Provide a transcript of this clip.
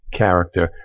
character